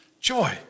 joy